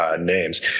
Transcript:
names